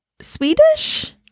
Swedish